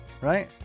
right